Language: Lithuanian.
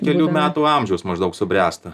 kelių metų amžiaus maždaug subręsta